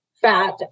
fat